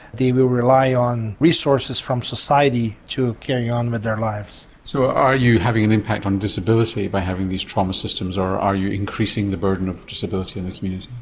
will rely on resources from society to carry on with their lives. so are you having an impact on disability by having these trauma systems or are you increasing the burden of disability in the community?